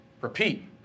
repeat